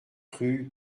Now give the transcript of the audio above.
rue